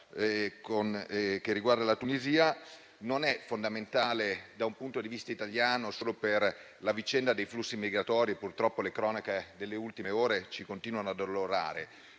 che riguarda la Tunisia non è fondamentale da un punto di vista italiano solo per la vicenda dei flussi migratori (purtroppo le cronache delle ultime ore ci continuano ad addolorare);